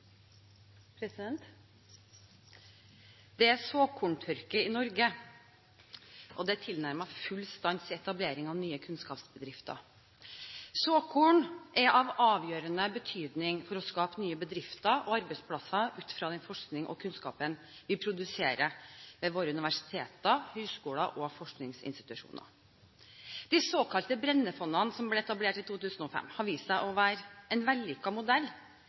i etablering av nye kunnskapsbedrifter. Såkorn er av avgjørende betydning for å skape nye bedrifter og arbeidsplasser ut fra den forskningen og kunnskapen vi produserer ved våre universiteter, høyskoler og forskningsinstitusjoner. De såkalte Brende-fondene, som ble etablert i 2005, har vist seg å være en vellykket modell,